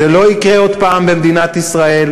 זה לא יקרה עוד פעם במדינת ישראל.